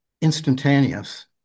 instantaneous